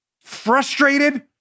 frustrated